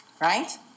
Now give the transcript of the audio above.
right